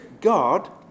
God